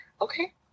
Okay